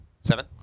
Seven